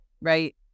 Right